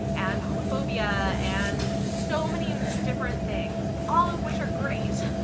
and homophobia, and so many different things. all of which are great,